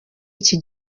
iki